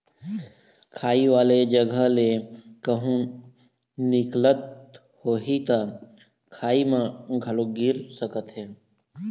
खाई वाले जघा ले कहूँ निकलत होही त खाई म घलोक गिर सकत हे